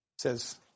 says